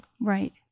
Right